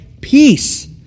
peace